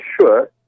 sure